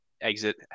exit